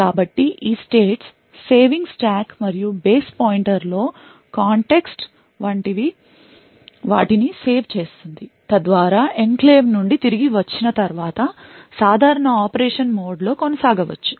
కాబట్టి ఈ states saving stack మరియు బేస్ పాయింటర్లో కాంటెక్స్ట్ వంటి వాటిని సేవ్ చేస్తాయి తద్వారా ఎన్క్లేవ్ నుండి తిరిగి వచ్చిన తర్వాత సాధారణ ఆపరేషన్ మోడ్ లో కొనసాగవచ్చు